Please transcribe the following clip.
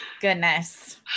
goodness